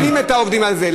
מנצלים את העובדים על זה.